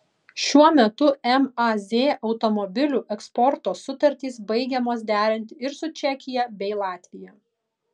šiuo metu maz automobilių eksporto sutartys baigiamos derinti ir su čekija bei latvija